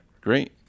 Great